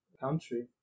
country